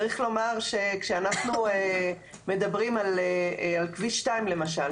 צריך לומר שכשאנחנו מדברים על כביש 2 למשל,